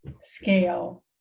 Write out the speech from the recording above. scale